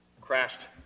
crashed